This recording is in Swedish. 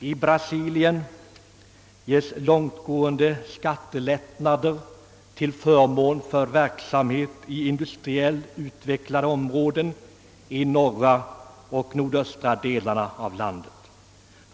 I Brasilien beviljas långtgående skattelättnader till förmån för verksamhet i industriellt utvecklade områden i norra och nordöstra delarna av landet.